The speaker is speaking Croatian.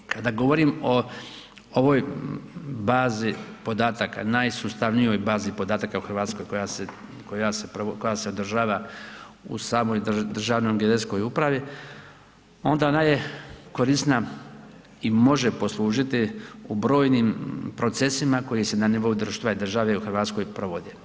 Kada govorim o ovoj bazi podataka, najsustavnijoj bazi podatak u Hrvatskoj koja se održava u samoj Državnoj geodetskoj upravi, onda ona je korisna i može poslužiti u brojnim procesima koji se na nivou društva i države u Hrvatskoj provode.